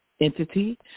entity